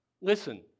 Listen